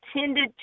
tended